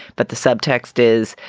but the subtext is,